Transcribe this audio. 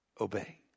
obey